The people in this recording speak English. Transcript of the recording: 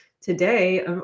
Today